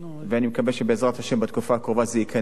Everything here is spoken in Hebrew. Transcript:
ואני מקווה שבעזרת השם בתקופה הקרובה זה ייכנס,